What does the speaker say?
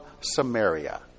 Samaria